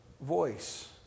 voice